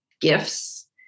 gifts